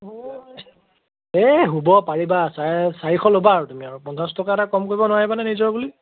এই হ'ব পাৰিবা চাৰে চাৰিশ ল'বা আৰু তুমি আৰু পঞ্চাছ টকা এটা কম কৰিব নোৱাৰিবা নে নিজৰ বুলি